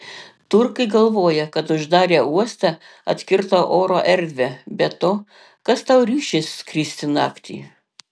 turkai galvoja kad uždarę uostą atkirto oro erdvę be to kas tau ryšis skristi naktį